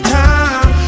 time